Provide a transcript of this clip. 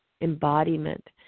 embodiment